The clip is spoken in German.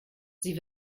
sie